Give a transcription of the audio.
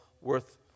worth